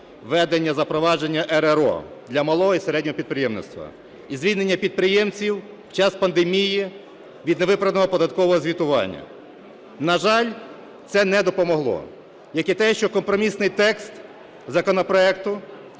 введення, запровадження РРО для малого і середнього підприємництва і звільнення підприємців у час пандемії від невиправданого податкового звітування. На жаль, це не допомогло, як і те, що компромісний текст законопроекту